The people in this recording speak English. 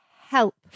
help